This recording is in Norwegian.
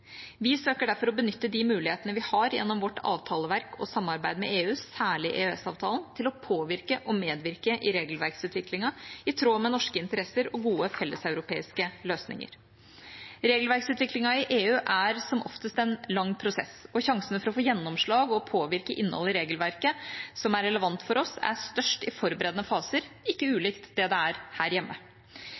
Vi søker derfor å benytte de mulighetene vi har gjennom vårt avtaleverk og samarbeid med EU, særlig EØS-avtalen, til å påvirke og medvirke i regelverksutviklingen i tråd med norske interesser og gode felleseuropeiske løsninger. Regelverksutviklingen i EU er som oftest en lang prosess, og sjansene for å få gjennomslag og påvirke innholdet i regelverket som er relevant for oss, er størst i forberedende faser, ikke ulikt det det er her hjemme.